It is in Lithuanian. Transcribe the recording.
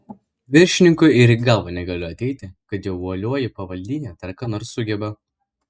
viršininkui ir į galvą negalėjo ateiti kad jo uolioji pavaldinė dar ką nors sugeba